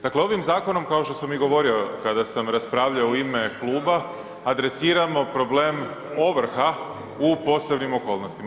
Dakle, ovim zakonom, kao što sam i govorio kada sam raspravljao u ime kluba, adresiramo problem ovrha u posebnim okolnostima.